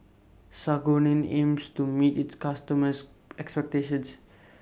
Sangobion aims to meet its customers' expectations